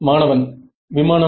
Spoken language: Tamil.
மாணவன் விமானம்